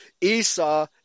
Esau